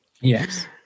Yes